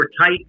tight